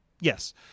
Yes